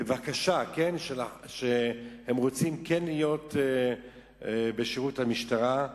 בבקשה שהם רוצים להיות בשירות המשטרה,